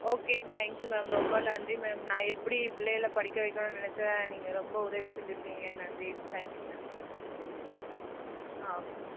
okay thank you ma'am ரொம்ப நன்றி ma'am நான் எப்படி ஏ பிள்ளைகள படிக்க வைக்கணும்னு நினச்சேன் நீங்கள் ரொம்ப உதவி செஞ்சுருக்கீங்க நன்றி thank you ma'am thank you ah okay